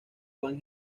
van